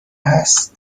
هست